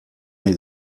nahi